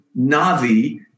navi